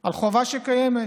על חובה שקיימת,